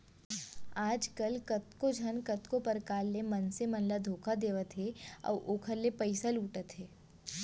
आजकल कतको झन कतको परकार ले मनसे मन ल धोखा देवत हे अउ ओखर ले पइसा लुटत हे